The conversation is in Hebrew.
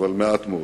אבל מעט מאוד.